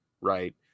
right